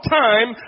time